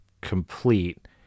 complete